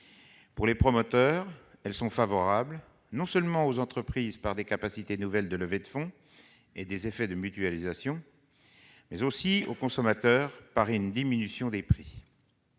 Pour leurs promoteurs, ils sont favorables, non seulement aux entreprises, avec des capacités nouvelles de levées de fonds et des effets de mutualisation, mais aussi aux consommateurs, par une diminution des prix.